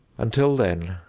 until then,